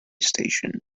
station